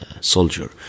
soldier